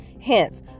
hence